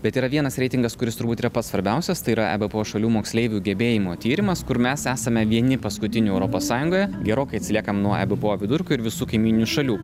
bet yra vienas reitingas kuris turbūt yra pats svarbiausias tai yra ebpo šalių moksleivių gebėjimo tyrimas kur mes esame vieni paskutinių europos sąjungoje gerokai atsiliekam nuo ebpo vidurkio ir visų kaimyninių šalių